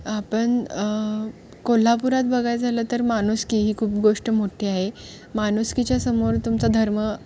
आपण कोल्हापुरात बघायचं झालं तर माणुसकी ही खूप गोष्ट मोठ्ठी आहे मानुसकीच्यासमोर तुमचा धर्म